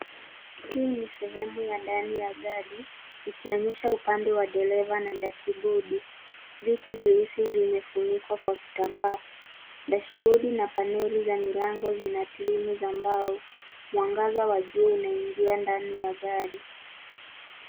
Hii ni sehemu ya ndani ya gari, ikionyesha upande wa dereva na dashibodi. Viti vyeusi vimefunikwa kwa kitambaa. Dashibodi na paneli za milango zinatirimu za mbao. Mwangaza wa jua unaingia ndani ya gari.